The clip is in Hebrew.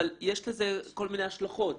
אבל יש לזה כל מיני השלכות.